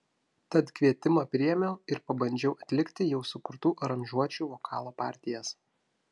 tad kvietimą priėmiau ir pabandžiau atlikti jau sukurtų aranžuočių vokalo partijas